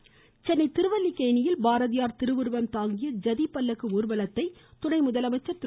Bharathi OPS Chennai திருவல்லிக்கேணியில் பாரதியார் திருவுருவம் தாங்கிய ஜதிபல்லக்கு ஊர்வலத்தை துணை முதலமைச்சர் திரு